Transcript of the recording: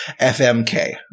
FMK